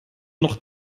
noch